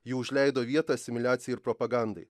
ji užleido vietą asimiliacijai ir propagandai